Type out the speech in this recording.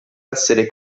essere